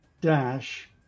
dash